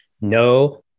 no